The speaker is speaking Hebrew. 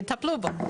יטפלו בו.